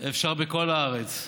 אפשר בכל הארץ.